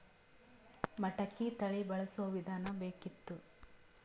ಮಟಕಿ ತಳಿ ಬಳಸುವ ವಿಧಾನ ಬೇಕಿತ್ತು?